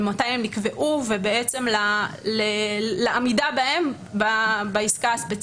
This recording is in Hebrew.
למתי הן נקבעו ולעמידה בהן בעסקה הספציפית.